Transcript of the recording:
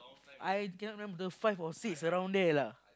I cannot remember the five or six around there lah